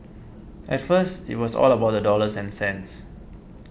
at first it was all about the dollars and cents